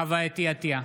חוה אתי עטייה,